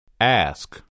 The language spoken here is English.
Ask